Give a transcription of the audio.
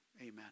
amen